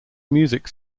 musical